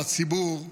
לציבור,